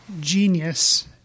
genius